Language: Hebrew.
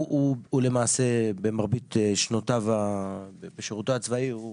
במרבית שנותיו בשירותו הצבאי הוא